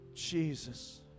Jesus